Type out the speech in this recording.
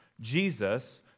Jesus